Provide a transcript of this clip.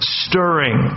stirring